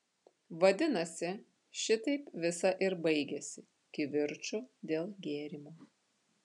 vadinasi šitaip visa ir baigiasi kivirču dėl gėrimo